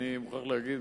אני מוכרח להגיד,